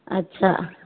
अच्छा